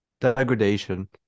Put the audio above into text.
degradation